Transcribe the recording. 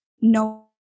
no